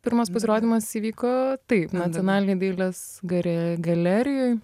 pirmas pasirodymas įvyko taip nacionalinėj dailės gare galerijoj